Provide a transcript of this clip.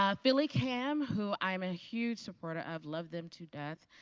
ah philly cam who i'm a huge supporter of, love them to death.